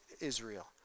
Israel